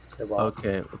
Okay